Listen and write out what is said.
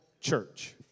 church